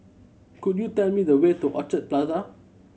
could you tell me the way to Orchid Plaza